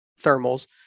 thermals